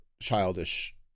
childish